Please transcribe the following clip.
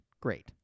Great